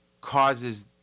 causes